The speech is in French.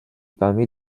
permis